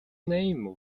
name